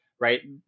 right